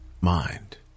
mind